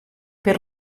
per